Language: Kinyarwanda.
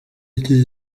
iki